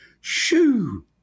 Shoo